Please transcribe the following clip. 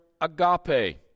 agape